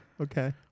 Okay